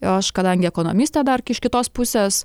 o aš kadangi ekonomistė dar iš kitos pusės